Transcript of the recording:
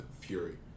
fury